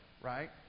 right